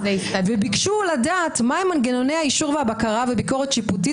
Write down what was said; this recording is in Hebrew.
וביקשו לדעת מה הם מנגנוני האישור והבקרה והביקורת השיפוטית